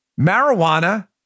Marijuana